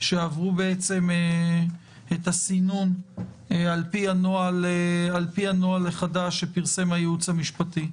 שעברו את הסינון על פי הנוהל החדש שפרסם הייעוץ המשפטי.